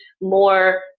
more